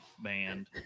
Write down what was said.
band